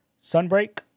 Sunbreak